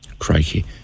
Crikey